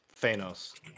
Thanos